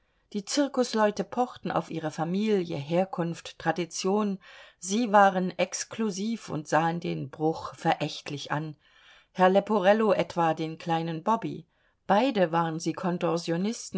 die zirkusleute pochten auf ihre familie herkunft tradition sie waren exklusiv und sahen den bruch verächtlich an herr leporello etwa den kleinen bobby beide waren sie